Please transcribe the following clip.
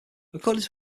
according